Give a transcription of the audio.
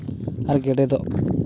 ᱟᱨ ᱜᱮᱰᱮ ᱫᱚ